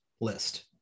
list